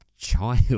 Child